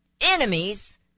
enemies